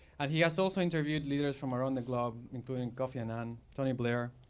and he has also interviewed leaders from around the globe, including kofi annan, tony blair,